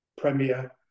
premier